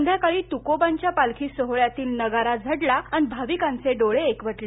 सायंकाळी त्कोबांच्या पालखी सोहळय़ातील नगारा झडला अन् भाविकांचे डोळे एकवटले